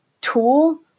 tool